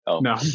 No